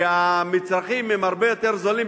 כי המצרכים יותר זולים,